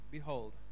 Behold